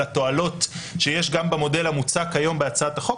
התועלות שיש גם במודל המוצע כיום בהצעת החוק,